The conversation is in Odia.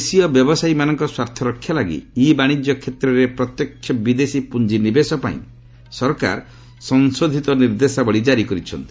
ଦେଶୀୟ ବ୍ୟବସାୟୀମାନଙ୍କ ସ୍ୱାର୍ଥରକ୍ଷା ଲାଗି ଇ ବାଶିଜ୍ୟ କ୍ଷେତ୍ରରେ ପ୍ରତ୍ୟେକ୍ଷ ବିଦେଶୀ ପୁଞ୍ଜିନିବେଶ ପାଇଁ ସରକାର ସଂଶୋଧିତ ନିର୍ଦ୍ଦେଶାବଳୀ ଜାରୀ କରିଛନ୍ତି